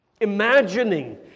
Imagining